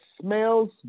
smells